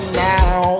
now